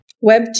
Web